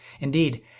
Indeed